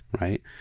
Right